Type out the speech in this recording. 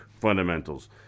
fundamentals